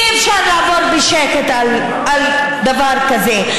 אי-אפשר לעבור בשקט על דבר כזה.